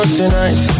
tonight